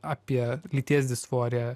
apie lyties disforiją